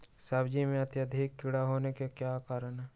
सब्जी में अत्यधिक कीड़ा होने का क्या कारण हैं?